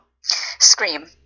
Scream